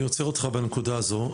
אני עוצר בנקודה הזו.